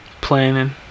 Planning